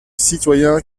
citoyen